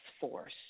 force